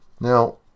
Now